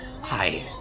hi